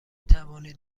توانید